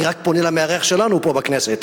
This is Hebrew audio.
אני רק פונה למארח שלנו פה בכנסת.